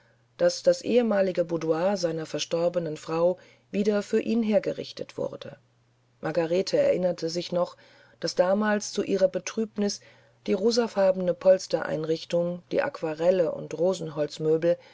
daß das ehemalige boudoir seiner verstorbenen frau wieder für ihn hergerichtet werde margarete erinnerte sich noch daß damals zu ihrer betrübnis die rosenfarbene polstereinrichtung die aquarellen und